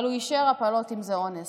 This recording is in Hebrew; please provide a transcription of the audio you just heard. אבל הוא אישר הפלות אם זה אונס.